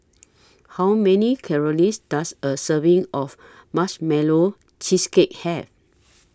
How Many Does A Serving of Marshmallow Cheesecake Have